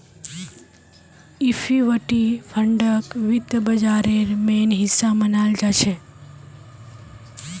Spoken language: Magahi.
इक्विटी फंडक वित्त बाजारेर मेन हिस्सा मनाल जाछेक